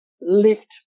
lift